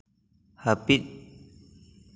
ᱦᱟᱹᱯᱤᱫ